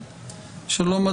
שלום,